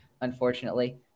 unfortunately